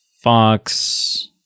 Fox